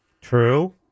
True